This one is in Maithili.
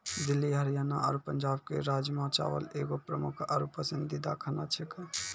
दिल्ली हरियाणा आरु पंजाबो के राजमा चावल एगो प्रमुख आरु पसंदीदा खाना छेकै